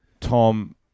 Tom